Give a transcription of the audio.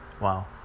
Wow